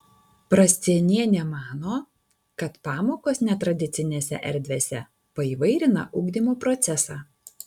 prascienienė mano kad pamokos netradicinėse erdvėse paįvairina ugdymo procesą